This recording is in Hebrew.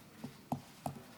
רגע,